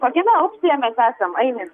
kokiame aukštyje mes esam aini